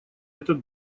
этот